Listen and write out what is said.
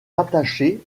rattachées